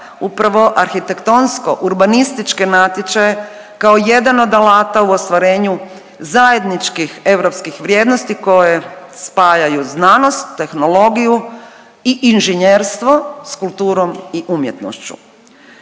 upravo arhitektonsko-urbanističke natječaje kao jedan od alata u ostvarenju zajedničkih europskih vrijednosti koje spajaju znanost, tehnologiju i inženjerstvo sa kulturom i umjetnošću.